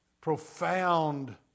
profound